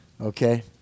Okay